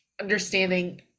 understanding